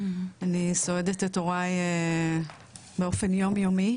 אני סועדת את הורי באופן יום יומי,